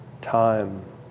time